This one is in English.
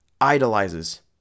idolizes